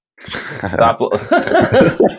Stop